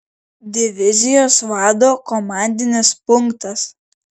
divizijos vado komandinis punktas